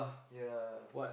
ya